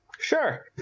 Sure